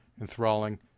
enthralling